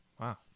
Wow